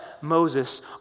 Moses